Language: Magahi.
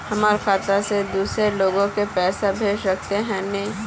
हमर खाता से दूसरा लोग के पैसा भेज सके है ने?